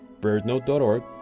birdnote.org